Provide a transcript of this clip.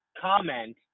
Comment